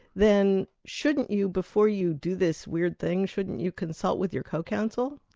then shouldn't you, before you do this weird thing, shouldn't you consult with your co-counsel?